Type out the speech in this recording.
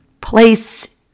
place